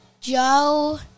Joe